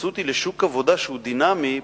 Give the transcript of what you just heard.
ההתייחסות היא לשוק עבודה שהוא דינמי.